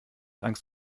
angst